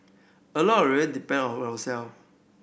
a lot really depend on yourself